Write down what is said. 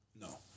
No